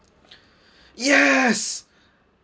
yes